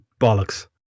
bollocks